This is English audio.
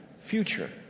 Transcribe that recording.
future